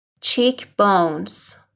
Cheekbones